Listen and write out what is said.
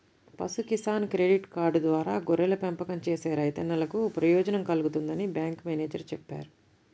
పశు Kisan credit card ద్వారా గొర్రెల పెంపకం చేసే రైతన్నలకు ప్రయోజనం కల్గుతుందని బ్యాంకు మేనేజేరు చెప్పారు